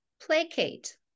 Placate